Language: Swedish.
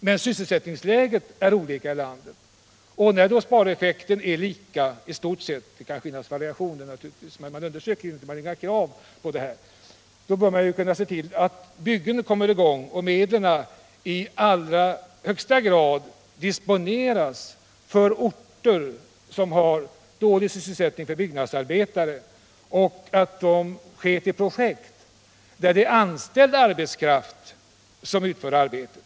Men sysselsättningsläget är ju varierande i landet, och om spareffekten skall bli densamma — det kan naturligtvis bli några variationer, men man gör ju inga undersökningar i de enskilda fallen och man ställer inga krav i sammanhanget — då bör man se till att medlen i största möjliga utsträckning disponeras för orter som har dålig sysselsättning för byggnadsarbetare och för projekt där anställd arbetskraft utför arbetet.